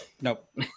nope